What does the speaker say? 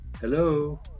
Hello